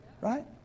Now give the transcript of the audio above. Right